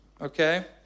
okay